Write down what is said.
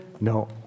No